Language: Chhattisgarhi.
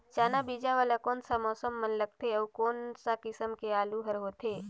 चाना बीजा वाला कोन सा मौसम म लगथे अउ कोन सा किसम के आलू हर होथे?